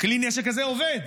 כלי הנשק הזה עובד.